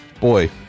boy